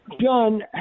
John